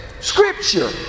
Scripture